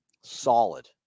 solid